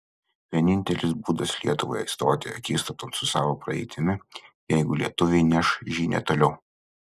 vienintelis būdas lietuvai stoti akistaton su savo praeitimi jeigu lietuviai neš žinią toliau